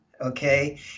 okay